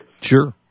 Sure